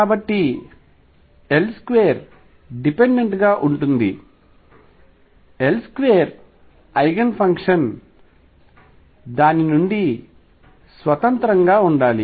కాబట్టి L2 dependent గా ఉంటుంది L2 ఐగెన్ ఫంక్షన్ దాని నుండి స్వతంత్రంగా ఉండాలి